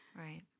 Right